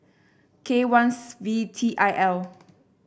K one V T I L